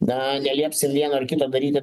na neliepsim vieno ar kito daryti